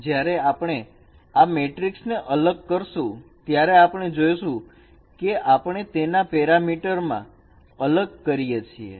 જ્યારે આપણે આ મેટ્રિક્સ ને અલગ કરશુ ત્યારે આપણે જોઇશું કે આપણે તેને પેરામીટર માં અલગ કરીએ છીએ